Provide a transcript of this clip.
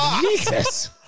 Jesus